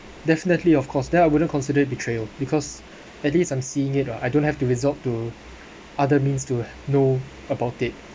definitely of course then I wouldn't consider betrayal because at least I'm seeing it uh I don't have to resort to other means to know about it